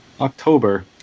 october